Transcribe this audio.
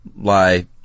lie